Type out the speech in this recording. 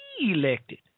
elected